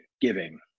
giving